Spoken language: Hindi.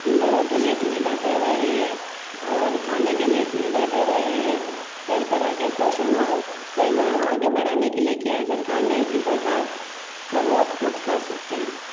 घरों के लिए सुविधा करवाई गई है और खाने के लिए सुविधा करवाई गई है कई तरह के पोषण और कई आगे बढ़ाने के लिए किया है सरकार ने इसी प्रकार का बहुत कुछ कर सकते हैं